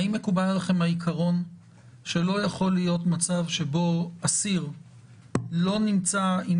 האם מקובל עליכם העיקרון שלא יכול להיות מצב שבו אסיר לא נמצא עם